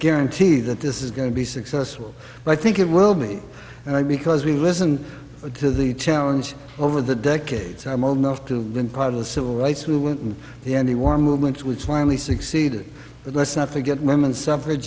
guarantee that this is going to be successful but i think it will me and i because we listened to the challenge over the decades i'm old enough to have been part of the civil rights movement and the war movement which finally succeeded but let's not forget women's suff